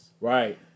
Right